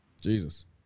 Jesus